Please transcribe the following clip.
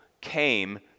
came